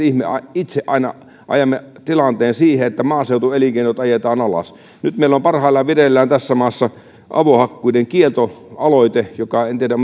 itse aina ajamme tilanteen siihen että maaseutuelinkeinot ajetaan alas nyt meillä on parhaillaan vireillään tässä maassa avohakkuiden kieltoaloite en tiedä